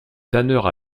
tanneur